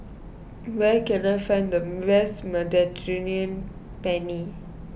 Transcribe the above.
where can I find the best Mediterranean Penne